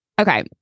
okay